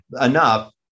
enough